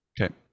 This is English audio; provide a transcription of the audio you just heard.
okay